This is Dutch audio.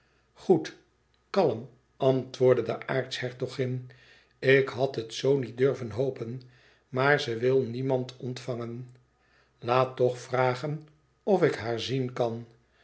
goed kalm antwoordde de aartshertogin ik had het zoo niet durven hopen maar ze wil niemand ontvangen laat toch vragen of ik haar zien kan